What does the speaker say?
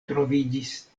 troviĝis